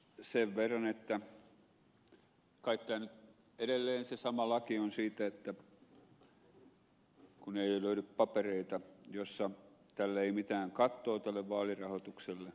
sen verran että kai tämä nyt edelleen se sama laki on kun ei löydy papereita jossa tälle vaalirahoitukselle ei määrätty mitään kattoa